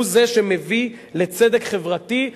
הוא שמביא לצדק חברתי.